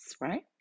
right